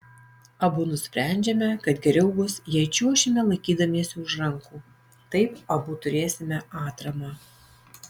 abu nusprendžiame kad geriau bus jei čiuošime laikydamiesi už rankų taip abu turėsime atramą